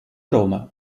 roma